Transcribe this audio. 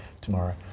tomorrow